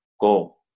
go